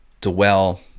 dwell